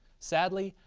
sadly,